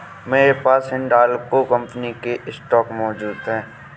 मेरे पास हिंडालको कंपनी के स्टॉक मौजूद है